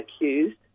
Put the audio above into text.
accused